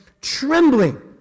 trembling